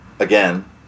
Again